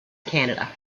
canada